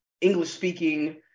English-speaking